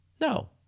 No